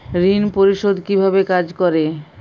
ঋণ পরিশোধ কিভাবে কাজ করে?